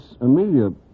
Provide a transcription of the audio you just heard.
Amelia